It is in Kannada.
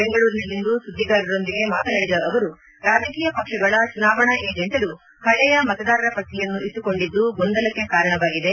ಬೆಂಗಳೂರಿನಲ್ಲಿಂದು ಸುದ್ದಿಗಾರರೊಂದಿಗೆ ಮಾತನಾಡಿದ ಅವರು ರಾಜಕೀಯ ಪಕ್ಷಗಳ ಚುನಾವಣಾ ಏಜೆಂಟರು ಹಳೆಯ ಮತದಾರರ ಪಟ್ಟಿಯನ್ನು ಇಟ್ಟುಕೊಂಡಿದ್ದು ಗೊಂದಲಕ್ಕೆ ಕಾರಣವಾಗಿದೆ